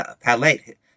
palette